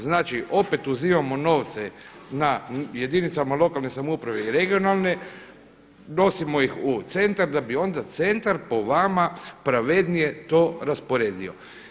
Znači opet uzimamo novce na jedinicama lokalne samouprave i regionalne, nosimo ih u centar da bi onda centar po vama pravednije to rasporedio.